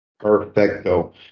perfecto